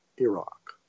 Iraq